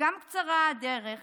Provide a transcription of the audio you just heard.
גם קצרה הדרך